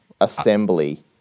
...assembly